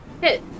Hit